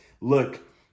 Look